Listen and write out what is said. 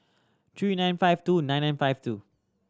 three nine five two nine nine five two